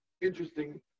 interesting